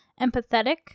empathetic